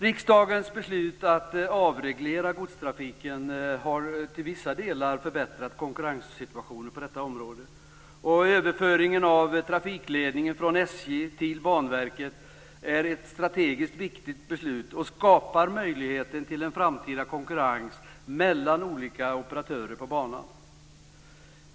Riksdagens beslut att avreglera godstrafiken har till vissa delar förbättrat konkurrenssituationen på detta område. Beslutet om överföring av trafikledningen från SJ till Banverket är strategiskt viktigt och skapar möjligheter till framtida konkurrens mellan olika operatörer på banan.